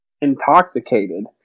intoxicated